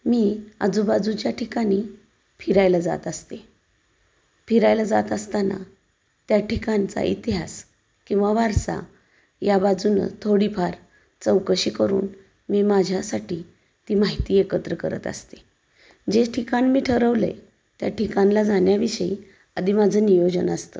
मी आजूबाजूच्या ठिकाणी फिरायला जात असते फिरायला जात असताना त्या ठिकाणचा इतिहास किंवा वारसा याबाजूनं थोडीफार चौकशी करून मी माझ्यासाठी ती माहिती एकत्र करत असते जे ठिकाण मी ठरवलं आहे त्या ठिकाणाला जाण्याविषयी आधी माझं नियोजन असतं